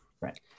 Right